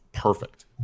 perfect